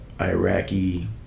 Iraqi